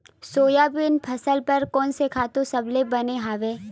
Soybean फसल बर कोन से खातु सबले बने हवय?